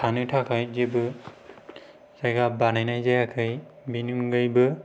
थानो थाखाय जेबो जायगा बानायनाय जायाखै बेनि अनगायैबो